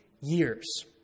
years